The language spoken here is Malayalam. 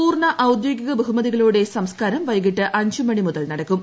പൂർണ്ണ ഔദ്യോഗിക ബഹുമതീക്കളോടെ സംസ്ക്കാരം വൈകിട്ട് അഞ്ച് മണി മുതൽ നടക്കും